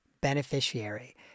beneficiary